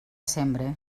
sembre